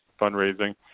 fundraising